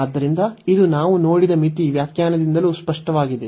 ಆದ್ದರಿಂದ ಇದು ನಾವು ನೋಡಿದ ಮಿತಿ ವ್ಯಾಖ್ಯಾನದಿಂದಲೂ ಸ್ಪಷ್ಟವಾಗಿದೆ